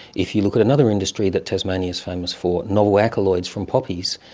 if you look at another industry that tasmania is famous for, novel alkaloids from poppies,